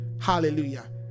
hallelujah